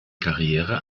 karriere